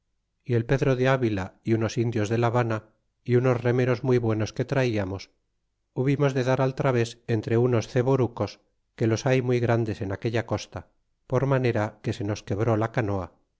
y el pedro de avila y unos indios de la habana y unos remeros muy buenos que traiamos hubimos de dar al traves entre unos coborucos que los hay muy grandes en aquella costa por maneraque se nos quebró la canoa